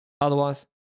Otherwise